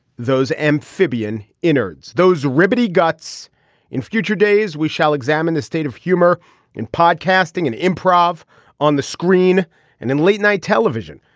those amphibian innards those remedy guts in future days we shall examine the state of humor in podcasting and improv on the screen and in late night television.